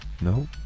No